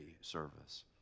service